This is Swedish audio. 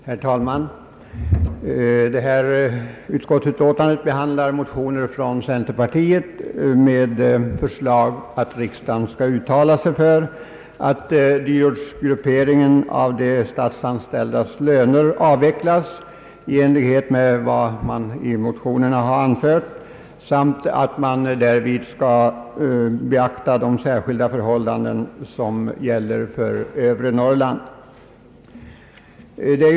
Herr talman! I föreliggande utskottsutlåtande behandlas motioner från centerpartiet med förslag att riksdagen skall uttala sig för att dyrortsgrupperingen av de statsanställdas löner avvecklas i enlighet med vad i motionerna anförts samt att därvid de särskilda förhållandena beträffande övre Norrland beaktas.